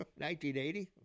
1980